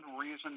reason